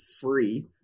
free